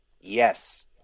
yes